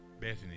Bethany